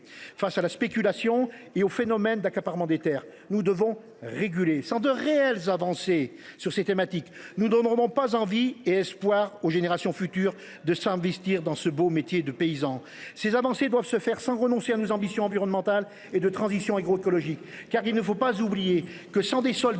de la spéculation et du phénomène d’accaparement des terres. Nous devons réguler ! Sans de réelles avancées sur ces thématiques, nous ne redonnerons pas envie et espoir aux générations futures de s’investir dans ce beau métier de paysan. Ces avancées doivent se faire sans renoncer à nos ambitions environnementales et de transition agroécologique. Car il ne faut pas oublier que, sans des sols